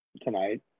tonight